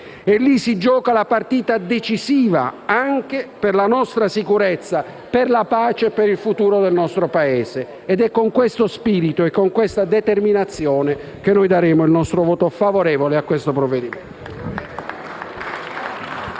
e lì si gioca la partita decisiva anche per la nostra sicurezza, per la pace e per il futuro del nostro Paese. Con questo spirito e con queste determinazioni noi daremo il nostro voto favorevole a questo provvedimento.